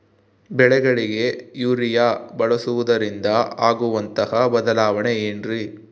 ಬೆಳೆಗಳಿಗೆ ಯೂರಿಯಾ ಬಳಸುವುದರಿಂದ ಆಗುವಂತಹ ಬದಲಾವಣೆ ಏನ್ರಿ?